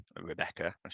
Rebecca